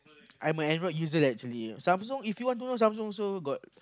I'm a Android user actually Samsung if you want to use Samsung also got